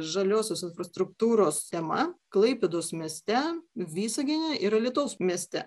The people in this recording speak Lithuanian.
žaliosios infrastruktūros tema klaipėdos mieste visagine ir alytaus mieste